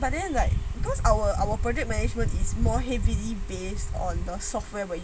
but then like because our our project management is more heavily based on the software where you